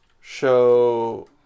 show